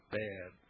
bad